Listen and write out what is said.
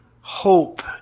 hope